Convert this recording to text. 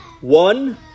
one